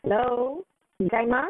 hello 你在吗